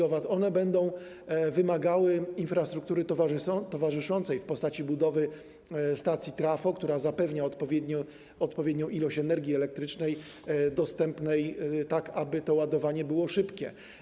One będą wymagały infrastruktury towarzyszącej w postaci budowy stacji trafo, która zapewnia odpowiednią ilość energii elektrycznej dostępnej tak, aby to ładowanie było szybkie.